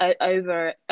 over